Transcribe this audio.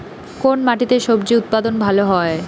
কোন মাটিতে স্বজি উৎপাদন ভালো হয়?